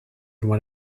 one